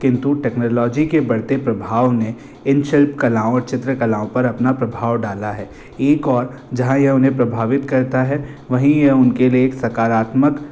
किंतु टेक्नोलॉजी के बढ़ते प्रभाव ने इन शिल्प कलाओं और चित्रकलाओं पर अपना प्रभाव डाला है एक ओर जहाँ यह उन्हें प्रभावित करता है वहीं ये उनके लिए एक सकारात्मक